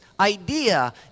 idea